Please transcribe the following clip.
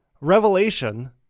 Revelation